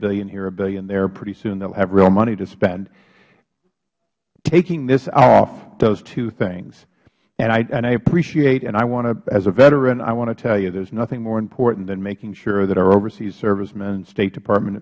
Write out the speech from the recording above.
billion here a billion there pretty soon they will have real money to spend taking this off those two things and i appreciate and i want to as a veteran i want to tell you there is nothing more important than making sure that our overseas servicemen and state department